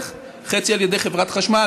חצי על ידי חברת חשמל,